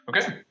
Okay